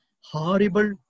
horrible